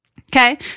Okay